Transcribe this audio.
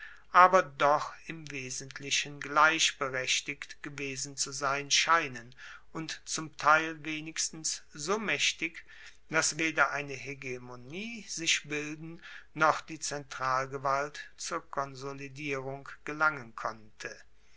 aber doch im wesentlichen gleichberechtigt gewesen zu sein scheinen und zum teil wenigstens so maechtig dass weder eine hegemonie sich bilden noch die zentralgewalt zur konsolidierung gelangen konnte